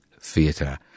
Theatre